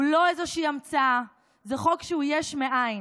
הוא לא איזה המצאה, זה חוק של יש מאין.